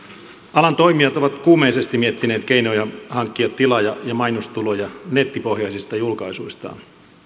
alan toimijat ovat kuumeisesti miettineet keinoja hankkia tilaaja ja mainostuloja nettipohjaisista julkaisuistaan